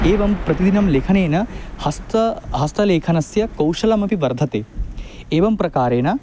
एवं प्रतिदिनं लेखनेन हस्त हस्तलेखनस्य कौशलमपि वर्धते एवं प्रकारेण